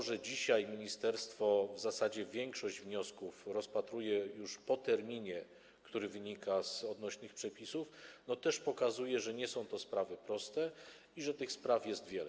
To, że dzisiaj ministerstwo w zasadzie większość wniosków rozpatruje już po terminie, który wynika z odnośnych przepisów, też pokazuje, że nie są to sprawy proste i że tych spraw jest wiele.